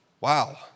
Wow